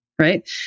Right